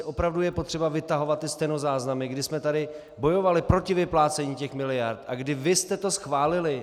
Opravdu je potřeba vytahovat ty stenozáznamy, kdy jsme tady bojovali proti vyplácení těch miliard a kdy vy jste to schválili?